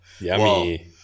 yummy